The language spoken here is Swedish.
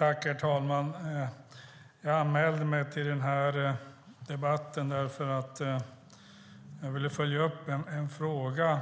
Herr talman! Jag anmälde mig till debatten därför att jag ville följa upp en fråga